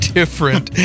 different